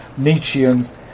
Nietzscheans